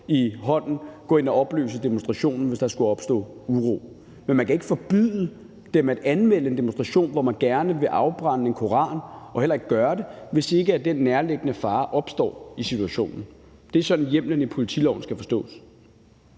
i hånden så gå ind og opløse demonstrationen, hvis der skulle opstå uro. Men man kan ikke forbyde dem at anmelde en demonstration, hvor de gerne vil afbrænde en koran, og heller ikke gøre det, hvis ikke den nærliggende fare opstår i situationen. Det er sådan, hjemmelen i politiloven skal forstås.